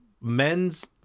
men's